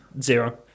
Zero